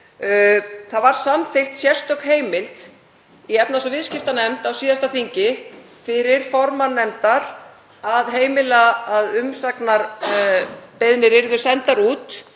Það var samþykkt sérstök heimild í efnahags- og viðskiptanefnd á síðasta þingi fyrir formann nefndar að heimila að umsagnarbeiðnir yrðu sendar út